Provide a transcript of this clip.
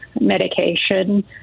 medication